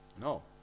No